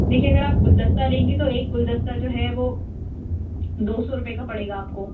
دیكھیے اگر آپ گُلدستہ لیں گے تو ایک گُلدستہ جو ہے وہ دو سو روپئے کا پڑے گا آپ کو